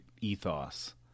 ethos